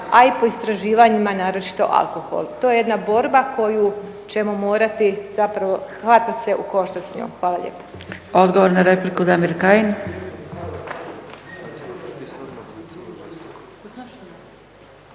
a i po istraživanjima naročito alkohol. To je jedna borba koju ćemo morati zapravo hvatat se u koštac s njom. Hvala lijepa. **Zgrebec, Dragica